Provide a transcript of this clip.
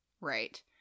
right